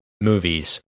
movies